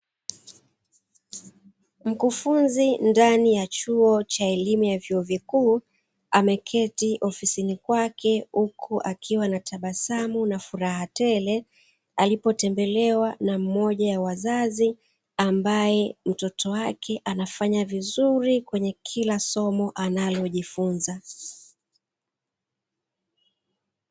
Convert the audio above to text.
Mkufunzi ndani ya chuo cha elimu ya vuo vikuu, ameketi ofisini kwake huku akiwa na tabasamu na furaha tele alipo tembelewa na mmoja wa wazazi, ambae mtoto wake anafanya vizuri kwenye kila somo analojifunza.